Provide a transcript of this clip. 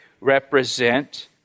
represent